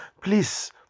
Please